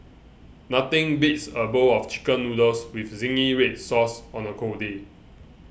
nothing beats a bowl of Chicken Noodles with Zingy Red Sauce on a cold day